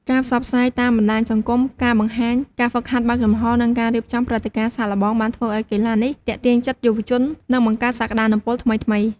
ការផ្សព្វផ្សាយតាមបណ្តាញសង្គម ការបង្ហាញការហ្វឹកហាត់បើកចំហ និងការរៀបចំព្រឹត្តិការណ៍សាកល្បងបានធ្វើឲ្យកីឡានេះទាក់ទាញចិត្តយុវជននិងបង្កើតសក្តានុពលថ្មីៗ។